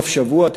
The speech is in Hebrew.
סוף שבוע.